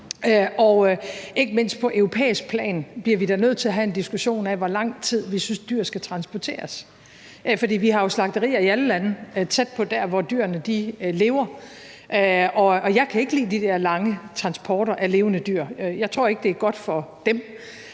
Ikke mindst på europæisk plan bliver vi da nødt til at have en diskussion af, hvor lang tid vi synes at dyr skal transporteres. Vi har jo slagterier i alle lande tæt på der, hvor dyrene lever. Jeg kan ikke lide de der lange transporter af levende dyr. Jeg tror ikke, at det er godt for dyrene